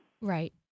Right